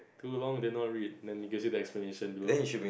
too long did not read let me give you the explanation below